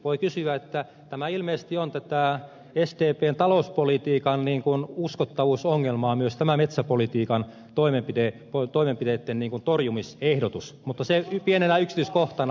voi kysyä että tämä ilmeisesti on tätä sdpn talouspolitiikan uskottavuusongelmaa myös tämä metsäpolitiikan toimenpiteitten ikään kuin torjumisehdotus mutta se pienenä yksityiskohtana